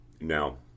Now